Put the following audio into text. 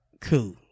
cool